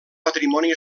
patrimoni